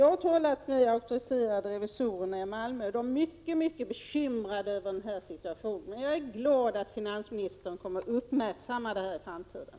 Jag har talat med auktoriserade revisorer i Malmö, och de är mycket bekymrade över denna situation. Jag är emellertid glad över att finansministern kommer att uppmärksamma detta i framtiden.